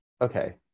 okay